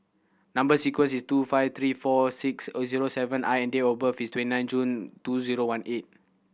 number sequence is T two five three four six O zero seven I and date of birth is twenty nine June two zero one eight